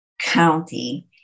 county